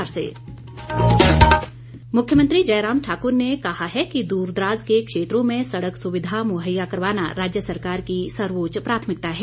जयराम मुख्यमंत्री जयराम ठाक्र ने कहा है कि दूरदराज के क्षेत्रों में सड़क सुविधा मुहैया करवाना राज्य सरकार की सर्वोच्च प्राथमिकता है